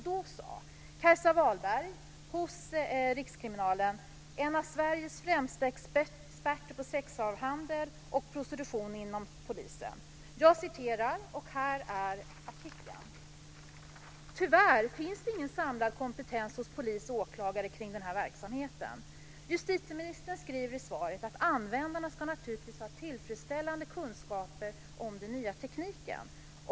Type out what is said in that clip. Då sade Kajsa Wahlberg hos Rikskriminalen, en av Sveriges främsta experter inom polisen på sexslavhandel och prostitution: "Tyvärr finns det ingen samlad kompetens hos polis och åklagare kring den här verksamheten." Jag har artikeln här. Justitieministern skriver i svaret att användarna naturligtvis ska ha tillfredsställande kunskaper om den nya tekniken.